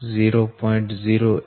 152 6